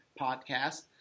Podcast